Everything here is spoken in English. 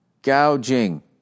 gouging